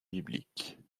bibliques